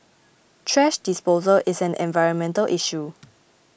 thrash disposal is an environmental issue